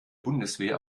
bundeswehr